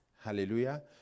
Hallelujah